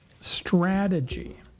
strategy